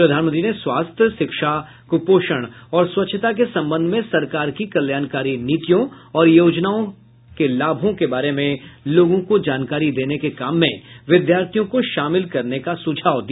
प्रधानमंत्री ने स्वास्थ्य शिक्षा कुपोषण और स्वच्छता के संबंध में सरकार की कल्याणकारी नीतियों और योजनाओं के लाभों के बारे में लोगों को जानकारी देने के काम में विद्यार्थियों को शामिल करने का सुझाव दिया